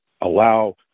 allow